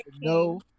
no